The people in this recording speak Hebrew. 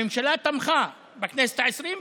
הממשלה תמכה בכנסת העשרים,